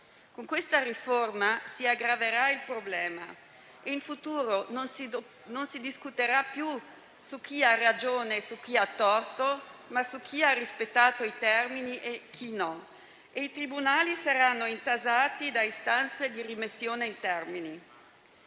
Con questa riforma si aggraverà il problema e in futuro non si discuterà più su chi ha ragione e su chi ha torto, ma su chi ha rispettato i termini e chi no e i tribunali saranno intasati da istanze di rimessione in termini.